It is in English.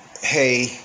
hey